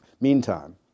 Meantime